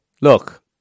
Look